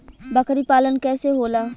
बकरी पालन कैसे होला?